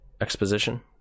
exposition